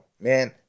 Man